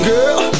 Girl